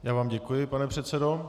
Já vám děkuji, pane předsedo.